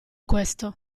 questo